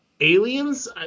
aliens